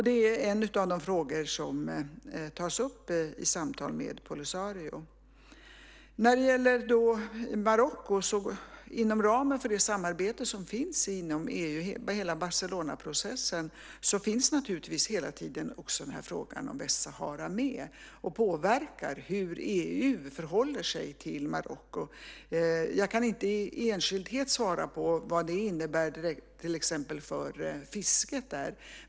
Det är en av de frågor som tas upp i samtal med Polisario. När det gäller Marocko finns naturligtvis inom ramen för det samarbete som bedrivs inom EU, hela Barcelonaprocessen, hela tiden också frågan om Västsahara med och påverkar hur EU förhåller sig till Marocko. Jag kan inte i enskildhet svara på vad det innebär till exempel för fisket.